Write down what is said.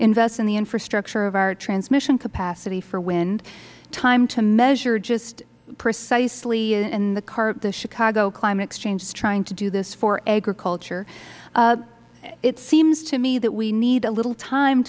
reinvest in the infrastructure of our transmission capacity for wind time to measure just precisely and the chicago climate exchange is trying to do this for agriculture it seems to me that we need a little time